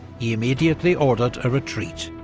he immediately ordered a retreat.